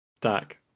Dak